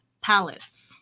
palettes